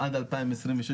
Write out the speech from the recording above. עד 2026,